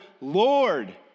Lord